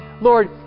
Lord